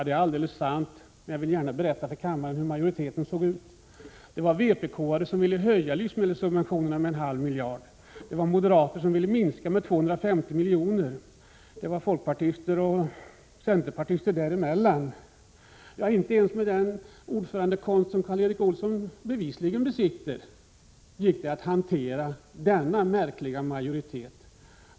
Det är alldeles riktigt, och jag vill gärna för kammarens ledamöter redovisa hur majoriteten var sammansatt: det var vpk-are som ville höja livsmedelssubventionerna med en halv miljard, det var moderater som ville minska dem med 250 milj.kr. och det var folkpartister och centerpartister som hade förslag på belopp däremellan. Inte ens med den ordförandekonst som Karl Erik Olsson bevisligen besitter gick det att hantera denna märkliga majoritet.